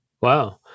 Wow